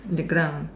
the ground